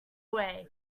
away